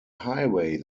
highway